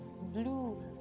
blue